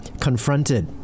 confronted